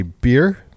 beer